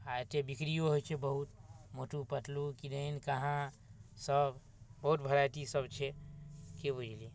आओर एतेक बिक्रिओ होइ छै बहुत मोटू पतलू किदन कहाँसब बहुत वेराइटीसब छै कि बुझलिए